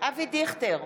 אבי דיכטר,